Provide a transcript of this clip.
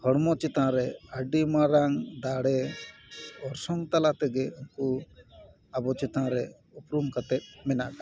ᱦᱚᱲᱢᱚ ᱪᱮᱛᱟᱱ ᱨᱮ ᱟᱹᱰᱤ ᱢᱟᱨᱟᱝ ᱫᱟᱲᱮ ᱚᱨᱥᱚᱝ ᱛᱟᱞᱟ ᱛᱮᱜᱮ ᱩᱱᱠᱩ ᱟᱵᱚ ᱪᱮᱛᱟᱱ ᱨᱮ ᱩᱯᱨᱩᱢ ᱠᱟᱛᱮᱫ ᱢᱮᱱᱟᱜ ᱟᱠᱟᱫ ᱠᱚᱣᱟ